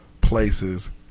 places